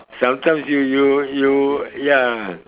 sometimes you you you ya